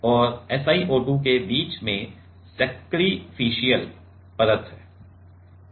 और SiO2 के बीच में सैक्रिफिशल परत है